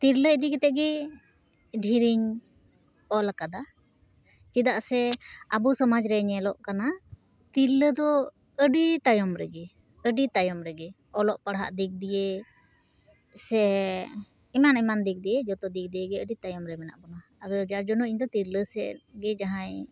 ᱛᱤᱨᱞᱟᱹ ᱤᱫᱤ ᱠᱟᱛᱮ ᱜᱮ ᱰᱷᱮᱨ ᱤᱧ ᱚᱞ ᱟᱠᱟᱫᱟ ᱪᱮᱫᱟ ᱥᱮ ᱟᱵᱳ ᱥᱚᱢᱟᱡᱽ ᱨᱮ ᱧᱮᱞᱳ ᱠᱟᱱᱟ ᱛᱤᱨᱞᱟᱹ ᱫᱚ ᱟᱹᱰᱤ ᱛᱟᱭᱚᱢ ᱨᱮᱜᱮ ᱟᱹᱰᱤ ᱛᱟᱭᱚᱢ ᱨᱮᱜᱮ ᱚᱞᱚᱜ ᱯᱟᱲᱦᱟᱜ ᱫᱤᱠ ᱫᱤᱭᱮ ᱥᱮ ᱮᱢᱟᱱ ᱮᱢᱟᱱ ᱫᱤᱠ ᱫᱤᱭᱮ ᱡᱚᱛᱚ ᱫᱤᱠ ᱫᱤᱭᱮ ᱜᱮ ᱟᱹᱰᱤ ᱛᱟᱭᱚᱢ ᱨᱮ ᱢᱮᱱᱟ ᱵᱚᱱᱟ ᱟᱫᱚ ᱡᱟᱨ ᱡᱚᱱᱱᱚ ᱤᱧ ᱫᱚ ᱛᱤᱨᱞᱟᱹ ᱥᱮᱫ ᱜᱮ ᱡᱟᱦᱟᱸᱭ